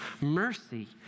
Mercy